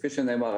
כפי שנאמר,